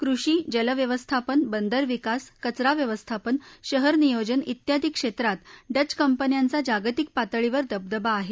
कृषी जल व्यवस्थापन बंदर विकास कचरा व्यवस्थापन शहर नियोजन ियोदी क्षेत्रात डच कंपन्यांचा जागतिक पातळीवर दबदबा आहे